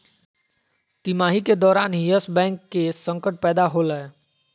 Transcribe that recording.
तिमाही के दौरान ही यस बैंक के संकट पैदा होलय